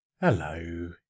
Hello